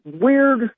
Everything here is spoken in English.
weird